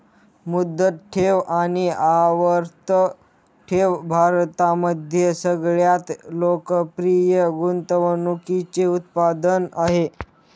मुदत ठेव आणि आवर्ती ठेव भारतामध्ये सगळ्यात लोकप्रिय गुंतवणूकीचे उत्पादन आहे